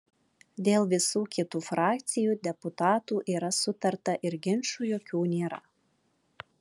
dėl visų kitų frakcijų deputatų yra sutarta ir ginčų jokių nėra